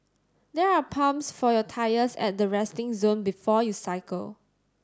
there are pumps for your tyres at the resting zone before you cycle